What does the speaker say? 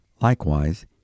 Likewise